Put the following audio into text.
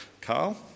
Carl